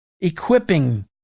equipping